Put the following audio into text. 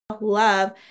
love